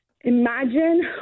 imagine